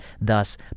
thus